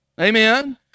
Amen